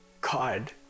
God